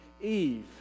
Eve